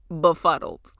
befuddled